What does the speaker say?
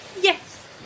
Yes